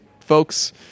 folks